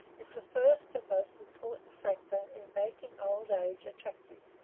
is the first and most important factor in making old age attractive.